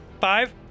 Five